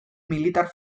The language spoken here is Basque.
militar